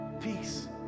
peace